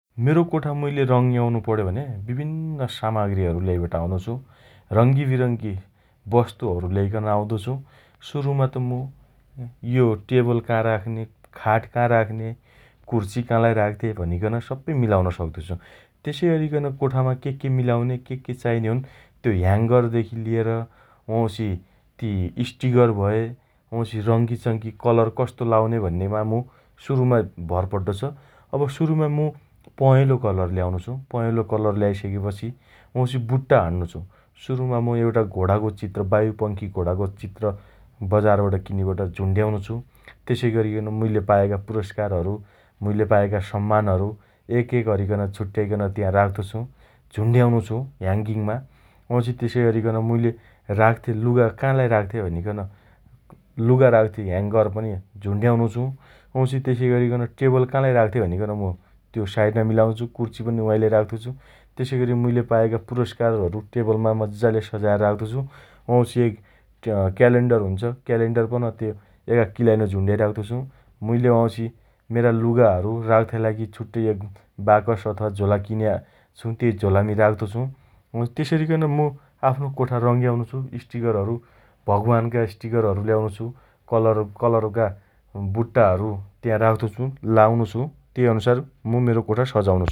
मेरो कोठा मुइले रङ्ग्याउनो पण्यो भने विभिन्न सामाग्रीहरु ल्याइबट आउनो छु । रंगीविरंगी वस्तुहरु ल्याइकन आउँदो छु । सुरुमा त मु यो टेबल काँ राख्ने, खाट का राख्ने, कुर्ची कालाइ राख्ते भनिकन सप्पै मिलाउन सक्तो छु । तेसइअरिकन कोठामा केके मिलाउने के के चाइने हुन् त्यो ह्यांगरदेखि लिएर वाउँछि यी स्टिकर भए, वाँउछि रंगिचंगी कलर कस्तो लाउने भन्नेमा मु सुरुमा भर पड्डो छ । अब सुरुमा मु पँहेलो कलर ल्याउनो छु । पहेँलो कलर ल्याइसकेपछि वाउँछि बुट्टा हान्नो छु । सुरुमा म यो एउटा घोणाको चित्र बायुपंखि घोणाको चित्र बजारबट किनिबट झुण्ड्याउनो छु । तेसइगरिकन मुइले पाएका पुरस्कारहरु, मुइले पाएका सम्मानहरु एकएक अरिकन छुट्याइकन त्या राख्तो छु । झुण्ड्याउनो छु, ह्यांगिङमा । वाँउछि तेसइअरिकन मुइले राख्ते लुगा काँलाई राख्ते भनिकन लुगा राख्ते ह्यांगर पनि झुण्ड्याउनो छु । वाँउछि तेसइअरिकन टेबल कालाइ राख्ते भनिकन त्यो साएटमा मिलाउँछु । कुर्ची पनी वाइलाइ राख्तो छु । तेसइअरि मुइले पाएका पुरस्कारहरु टेबलमा मज्जाले सजाएर राख्तो छु । वाँउछि एक ट क्यालेण्डर हुन्छ । क्यालेण्डर पन त्यो एका किलाइनो झुण्ड्याइ राख्तो छु । मुइले वाँउछि मेरा लुगाहरु राख्ताइ लागि छट्टै एक बाकस अथवा झोला किन्या छ । तेइ झोलामी राख्तो छु । वाउँछि तेसइअरिकन मु आफ्नो कोठा रंग्याउनो छु् । स्टीकरहरु भगवानका स्टीकरहरु ल्याउनो छु । कलर कलरका बुट्टाहरु त्याँ राख्तो छु । लाउनो छु । तेइ अनुसार मु मेरो कोठा सजाउँछु ।